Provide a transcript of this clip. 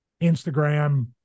instagram